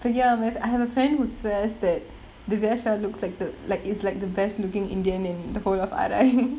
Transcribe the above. ya like I have a friend who swears that the vesha looks like the like it's like the best looking indian in the whole of R_I